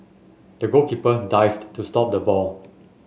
the goalkeeper dived to stop the ball